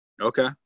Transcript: Okay